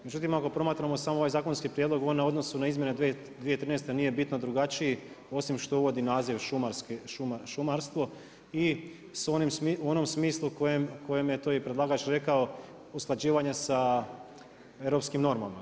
Međutim, ako promatramo samo ovaj zakonski prijedlog, on na odnosu na izmjene 2013. nije bitno drugačiji, osim što uvodi naziv šumarsko i u onom smislu u kojem je to i predlagač rekao, usklađivanja sa europskim normama.